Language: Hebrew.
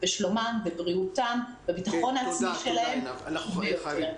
שלומם ובריאותם והביטחון העצמי שלהם חשובים ביותר.